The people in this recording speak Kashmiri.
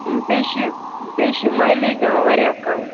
بیٚیہِ چھِ یہِ بیٚیہِ چھِ مایلیج دِوان واریاہ کَم